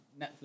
Netflix